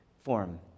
form